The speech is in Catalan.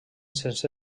sense